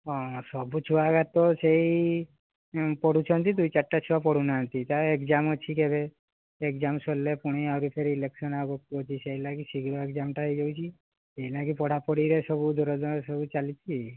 ହଁ ସବୁ ଛୁଆ ହେରା ତ ସେଇ ପଢ଼ୁଛନ୍ତି ଦୁଇ ଚାରିଟା ଛୁଆ ପଢ଼ୁନାହାଁନ୍ତି କାହାର ଏକଜାମ୍ ଅଛି ଏବେ ଏକଜାମ୍ ସରିଲେ ଆହୁରି ଫୁଣି ଇଲେକ୍ସନ୍ ଆଗକୁ ଅଛି ସେଇଲାଗି ଶୀଘ୍ର ଏକଜାମ୍ଟା ହୋଇଯାଇଛି ସେଇଲାଗି ପଢ଼ା ପଢ଼ିରେ ସବୁ ଦୂର ଦୂରା ଚାଲିଛି